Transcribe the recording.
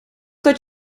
dat